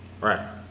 Right